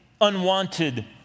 unwanted